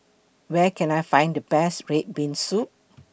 Where Can I Find The Best Red Bean Soup